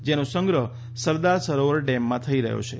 જેનો સંગ્રહ સરદાર સરોવર ડેમમાં થઇ રહ્યો છે